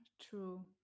true